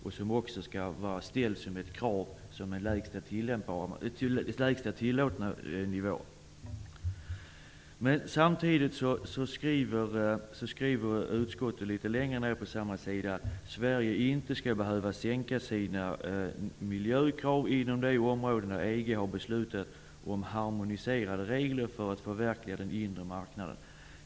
Dessa regler skall ange en lägsta tillåten föroreningsnivå. Utskottet skriver dock litet längre ned på samma sida att Sverige inte skall behöva sänka sina miljökrav inom de områden där EG har beslutat om harmoniserade regler för att förverkliga den inre marknaden.